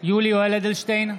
יולי יואל אדלשטיין,